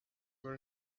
were